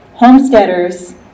homesteaders